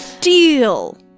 deal